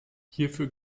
hierfür